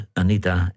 Anita